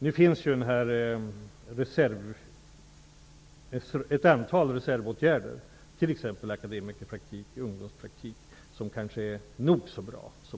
Nu finns det ett antal reservåtgärder, t.ex. akademikerpraktik och ungdomspraktik som kanske är nog så bra som